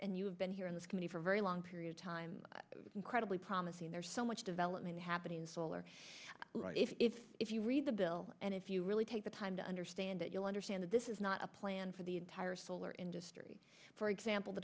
and you have been here in this committee for a very long period of time credibly promising there's so much development happening in solar if if you read the bill and if you really take the time to understand it you'll understand that this is not a plan for the entire solar industry for example the